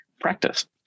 practice